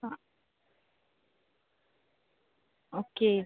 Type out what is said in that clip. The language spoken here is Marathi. हां ओक्के